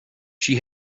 she